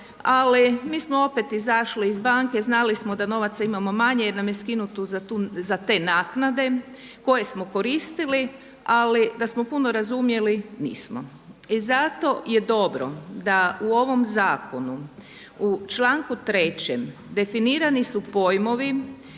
ali mi smo opet izašli iz banke, znali smo da novaca imamo manje jer nam je skinuto za te naknade koje smo koristili. Ali da smo puno razumjeli nismo. I zato je dobro da u ovom zakonu u članku 3. definirani su pojmovi